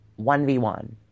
1v1